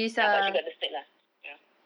ya but she got the cert lah ya